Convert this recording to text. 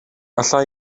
alla